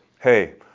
hey